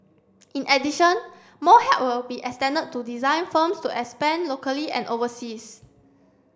in addition more help will be extended to design firms to expand locally and overseas